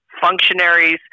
Functionaries